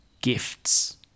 gifts